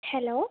hello